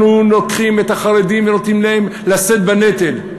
אנחנו לוקחים את החרדים ונותנים להם לשאת בנטל.